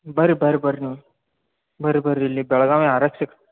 ಬನ್ರಿ ಬರ್ರಿ ಬರ್ರಿ ನೀವು ಬನ್ರಿ ಬನ್ರಿ ಇಲ್ಲಿಗೆ ಬೆಳ್ಗಾವಿ ಆರಕ್ಷಕ